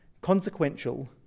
consequential